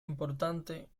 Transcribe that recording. importante